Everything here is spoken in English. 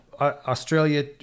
Australia